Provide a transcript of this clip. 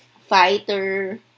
fighter